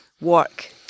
work